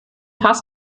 pass